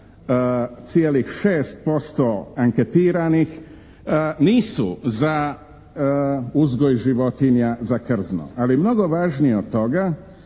čak 52,6% anketiranih nisu za uzgoj životinja za krzno. Ali mnogo važnije od toga,